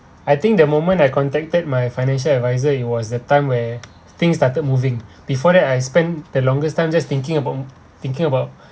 I think the moment I contacted my financial advisor it was the time where things started moving before that I spend the longest time just thinking about thinking about